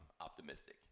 optimistic